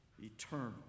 eternal